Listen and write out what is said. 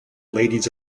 ladies